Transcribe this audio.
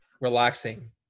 relaxing